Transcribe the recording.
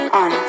on